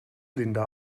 linda